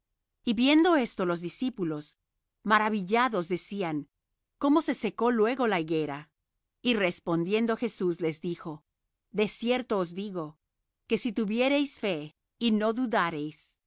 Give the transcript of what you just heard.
y viendo esto los discípulos maravillados decían cómo se secó luego la higuera y respondiendo jesús les dijo de cierto os digo que si tuviereis fe y no dudareis